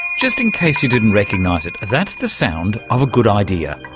just in case you didn't recognise it, that's the sound of a good idea.